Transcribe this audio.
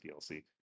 DLC